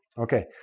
okay,